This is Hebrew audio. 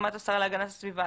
בהסכמת השרה להגנת הסביבה,